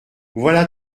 voilà